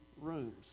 rooms